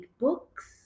books